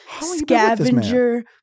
scavenger